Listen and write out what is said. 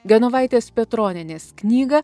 genovaitės petronienės knygą